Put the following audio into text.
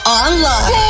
online